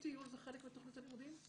אבל האם טיול זה חלק מתוכנית הלימודים?